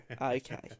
okay